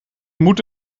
moet